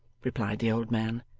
replied the old man,